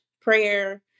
prayer